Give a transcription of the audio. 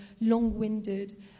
long-winded